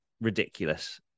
ridiculous